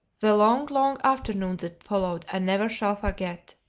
the long, long afternoon that followed i never shall forget.